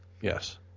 Yes